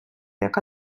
яка